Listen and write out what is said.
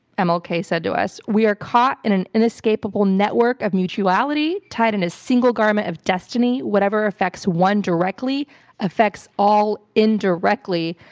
and said to us. we are caught in an inescapable network of mutuality tied in a single garment of destiny. whatever affects one directly affects all indirectly.